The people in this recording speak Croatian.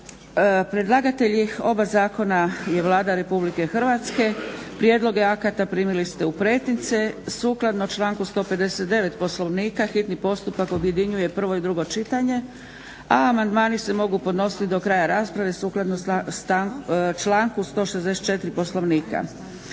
Predlagatelj oba zakona je Vlada Republike Hrvatske. Prijedloge akata primili ste u pretince. Sukladno članku 159. Poslovnika hitni postupak objedinjuje prvo i drugo čitanje, amandmani se mogu podnositi do kraja rasprave sukladno članku 164. Poslovnika.